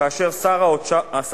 כאשר שר האוצר,